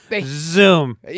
Zoom